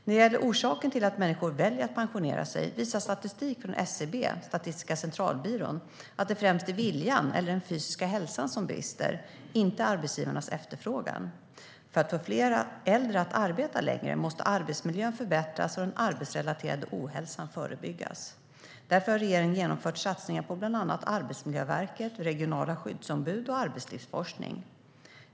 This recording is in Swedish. När det gäller orsaken till att människor väljer att pensionera sig visar statistik från SCB, Statistiska centralbyrån, att det främst är viljan eller den fysiska hälsan som brister, inte arbetsgivarnas efterfrågan. För att få fler äldre att arbeta längre måste arbetsmiljön förbättras och den arbetsrelaterade ohälsan förebyggas. Därför har regeringen genomfört satsningar på bland annat Arbetsmiljöverket, regionala skyddsombud och arbetslivsforskning.